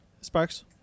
Sparks